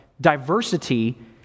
diversity